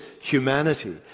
humanity